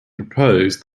proposed